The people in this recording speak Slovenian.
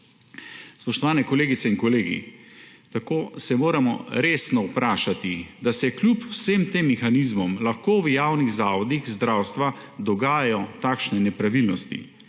Spoštovane kolegice in kolegi, tako se moramo resno vprašati, kako se kljub vsem tem mehanizmom lahko v javnih zavodih zdravstva dogajajo takšne nepravilnosti